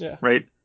right